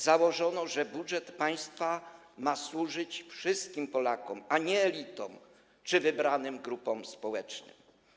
Założono, że budżet państwa ma służyć wszystkim Polakom, a nie elitom czy wybranym grupom społecznym.